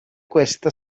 questa